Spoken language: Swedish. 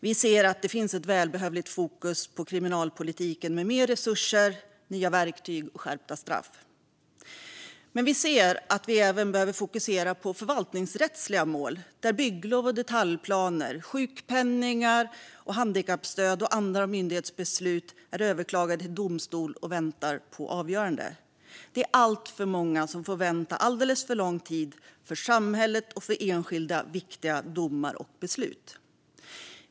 Vi ser att det finns ett välbehövligt fokus på kriminalpolitiken med mer resurser, nya verktyg och skärpta straff, men vi anser att man även behöver fokusera på förvaltningsrättsliga mål där myndighetsbeslut om bygglov och detaljplaner, sjukpenning, handikappstöd och annat är överklagade till domstol och väntar på avgörande. Det är alltför många som får vänta alldeles för lång tid på för samhället och för enskilda viktiga domar och beslut.